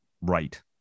right